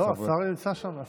השר נמצא.